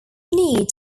need